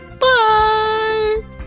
Bye